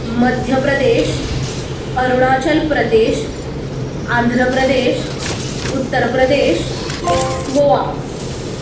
Madhya Pradesh Arunachal Pradesh Andhra Pradesh Uttar Pradesh Goa